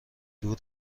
دور